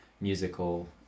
musical